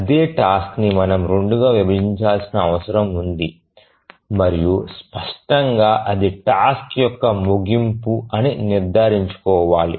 అదే టాస్క్ ని మనం 2గా విభజించాల్సిన అవసరం ఉంది మరియు స్పష్టంగా అది టాస్క్ యొక్క ముగింపు అని నిర్ధారించుకోవాలి